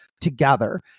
together